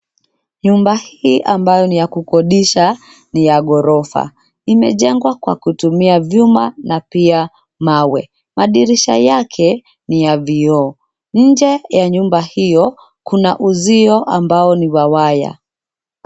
Nyumba hii ambayo ni ya kukodisha, ni ya ghorofa. Imejengwa kwa kutumia vyuma na pia mawe. Madirisha yake ni ya vioo. Nje ya nyumba hiyo kuna uzio ambao ni wa waya.